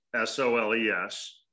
S-O-L-E-S